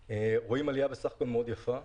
רואים עלייה בסך הכל מאוד יפה.